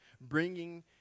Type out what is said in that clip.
bringing